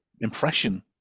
impression